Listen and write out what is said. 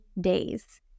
days